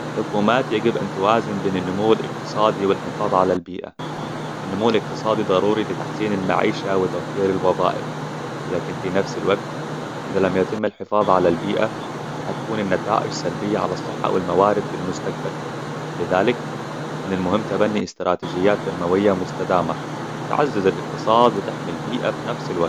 الحكومات يجب أن توازن بين النمو الاقتصادي والحفاظ على البيئة. النمو الاقتصادي ضروري لتحسين المعيشة وتوفير الوظائف. لكن في نفس الوقت، إذا لم يتم الحفاظ على البيئة، راح تكون النتائج سلبية على الصحة والموارد في المستقبل. لذلك، من المهم تبني استراتيجيات اتنمويه مستدامة تعزز الاقتصاد وتحمي البيئة في نفس الوقت والسعادة والراحة.